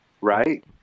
Right